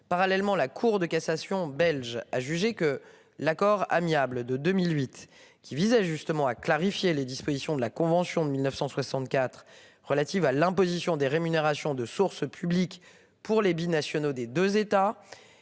Parallèlement, la Cour de cassation belge a jugé que l'accord amiable de 2008 qui visait justement à clarifier les dispositions de la convention de 1964 relatives à l'imposition des rémunérations de sources publiques pour les binationaux des 2 États